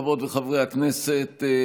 חברות וחברי הכנסת,